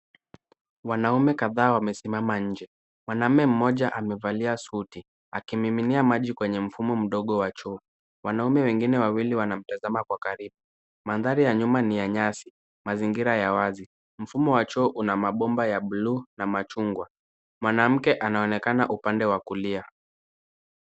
Wanaume kadhaa wamesimama nje. Mwanaume mmoja amevalia suti akimiminia maji kwenye mfumo mdogo wa choo. Wanaume wengine wawili wanamtazama kwa karibu. Mandhari ya nyuma ni ya nyasi mazingira ya wazi. Mfumo wa choo una mabomba ya buluu na machungwa. Mwanamke anaonekana upande wa kulia.